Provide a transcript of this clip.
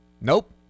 Nope